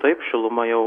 taip šiluma jau